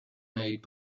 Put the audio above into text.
made